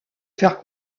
faire